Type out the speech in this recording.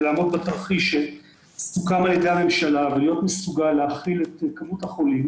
לעמוד בתרחיש שסוכם על ידי הממשלה כדי להיות מסוגל להכיל את כמות החולים